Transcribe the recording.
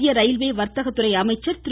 மத்திய ரயில்வே வர்தகத்துறை அமைச்சர் திரு